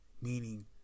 Meaning